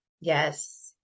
yes